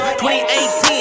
2018